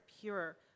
pure